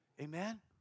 Amen